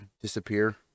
disappear